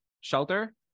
shelter